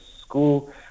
school